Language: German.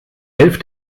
elf